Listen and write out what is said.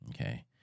Okay